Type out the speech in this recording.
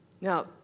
Now